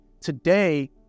Today